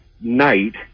night